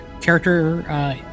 character